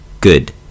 good